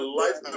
life